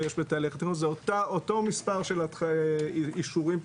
זה אותו מספר של אישורים,